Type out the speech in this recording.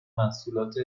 محصولات